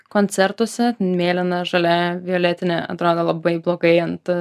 koncertuose mėlyna žalia violetinė atrodo labai blogai ant